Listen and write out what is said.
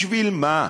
בשביל מה?